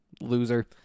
Loser